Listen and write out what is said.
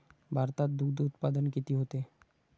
भारतात दुग्धउत्पादन किती होते?